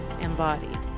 embodied